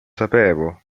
sapevo